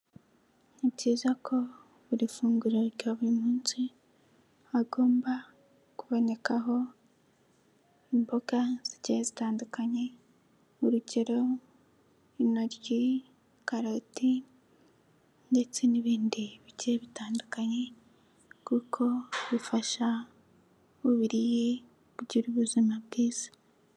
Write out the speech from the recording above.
Ni byiza ko buri funguro rya buri munsi hagomba kubonekaho imboga zigiye zitandukanye, urugero intoryi, karoti ndetse n'ibindi bigiye bitandukanye kuko bifasha umubiri kugira ubuzima bwiza.